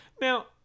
Now